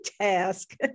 task